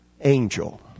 angel